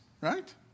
right